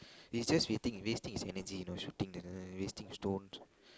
he's just waiting wasting his energy you know shooting wasting stones